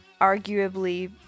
arguably